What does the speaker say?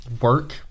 work